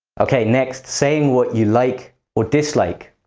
okay, next, saying what you like or dislike.